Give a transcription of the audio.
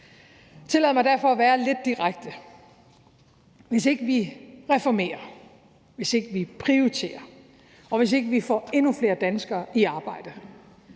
Tillad mig derfor at være lidt direkte: Hvis ikke vi reformerer, hvis ikke vi prioriterer, og hvis ikke vi får endnu flere danskere i arbejde,